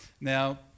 Now